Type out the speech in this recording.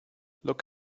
look